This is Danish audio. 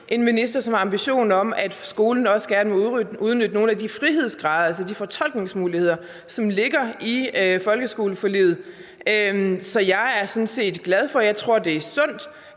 en minister, som har den ambition, at skolen også gerne må udnytte nogle af de frihedsgrader, altså de fortolkningsmuligheder, som ligger i folkeskoleforliget. Så jeg er sådan set glad for det. Jeg tror også, det er sundt,